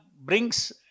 brings